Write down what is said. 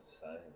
size